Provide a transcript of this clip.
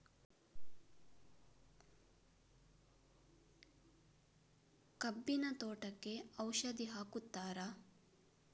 ಕಬ್ಬಿನ ತೋಟಕ್ಕೆ ಔಷಧಿ ಹಾಕುತ್ತಾರಾ?